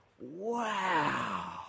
Wow